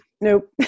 Nope